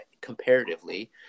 comparatively